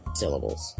syllables